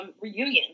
reunion